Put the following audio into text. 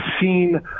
seen